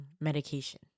medication